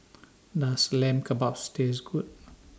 Does Lamb Kebabs Taste Good